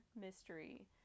mystery